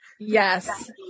Yes